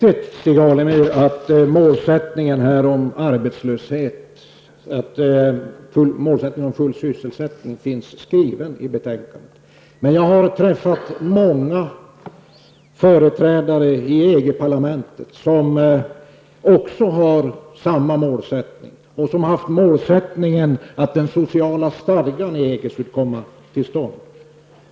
Fru talman! Det är viktigt, Stig Alemyr, att målsättningen om full sysselsättning finns inskriven i betänkandet. Men jag har träffat många företrädare för EGparlamentet som också har den målsättningen och dessutom målsättningen att den sociala stadgan i EG skulle komma till stånd.